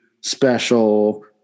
Special